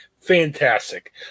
Fantastic